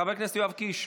חבר הכנסת יואב קיש,